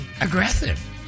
aggressive